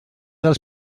dels